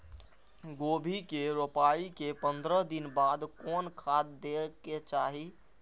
गोभी के रोपाई के पंद्रह दिन बाद कोन खाद दे के चाही?